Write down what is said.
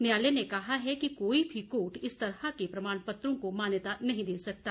न्यायालय ने कहा है कि कोई भी कोर्ट इस तरह के प्रमाण पत्रों को मान्याता नहीं दे सकता